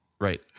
right